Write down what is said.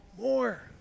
more